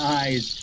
eyes